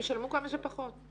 הם ישלמו כמה שפחות.